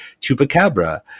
Chupacabra